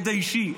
מידע אישי,